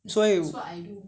所以